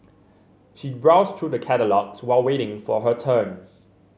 she browsed through the catalogues while waiting for her turn